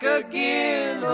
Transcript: again